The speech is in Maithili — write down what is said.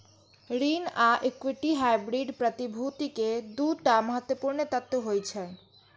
ऋण आ इक्विटी हाइब्रिड प्रतिभूति के दू टा महत्वपूर्ण तत्व होइ छै